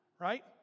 Right